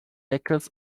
jacket